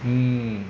mm